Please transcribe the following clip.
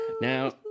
Now